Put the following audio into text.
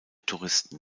touristen